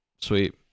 Sweet